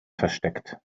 versteckt